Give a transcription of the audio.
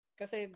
kasi